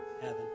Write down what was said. heaven